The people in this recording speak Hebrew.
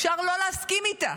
אפשר לא להסכים איתה,